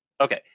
Okay